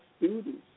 students